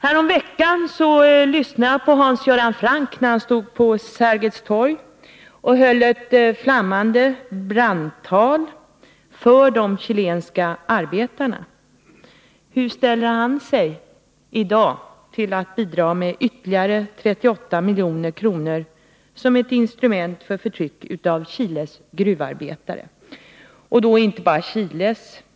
Häromveckan lyssnade jag på Hans Göran Franck när han stod på Sergels torg och höll ett flammande brandtal för de chilenska arbetarna. Hur ställer han sig i dag till att bidra med ytterligare 38 milj.kr., som ett instrument för förtryck av Chiles gruvarbetare? Och inte bara Chiles.